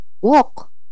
walk